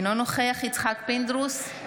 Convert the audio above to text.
אינו נוכח יצחק פינדרוס,